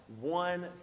one